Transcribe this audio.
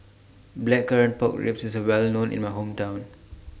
Blackcurrant Pork Ribs IS Well known in My Hometown